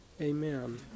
Amen